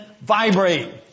vibrate